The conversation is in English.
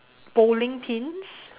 bowling pins